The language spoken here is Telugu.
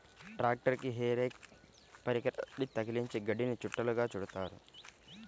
ట్రాక్టరుకి హే రేక్ పరికరాన్ని తగిలించి గడ్డిని చుట్టలుగా చుడుతారు